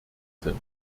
sind